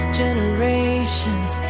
generations